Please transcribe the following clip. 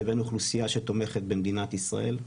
לבין אוכלוסייה שתומכת במדינת ישראל.